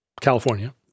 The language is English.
California